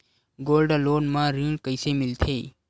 Gold loan म ऋण कइसे मिलथे?